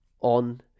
on